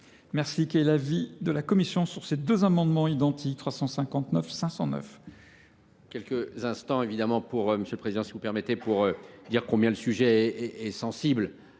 retiré. Quel est l’avis de la commission sur les deux amendements identiques ? Favorable